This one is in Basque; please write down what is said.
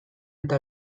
eta